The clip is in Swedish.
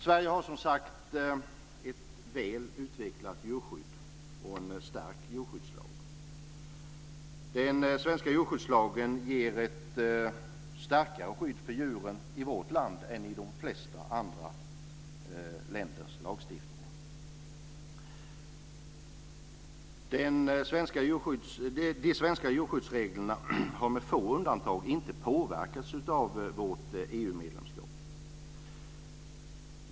Sverige har, som sagt, ett väl utvecklat djurskydd och en stark djurskyddslag. Den svenska djurskyddslagen ger ett starkare skydd för djuren i vårt land än de flesta andra länders lagstiftning. De svenska djurskyddsreglerna har med få undantag inte påverkats av vårt EU-medlemskap.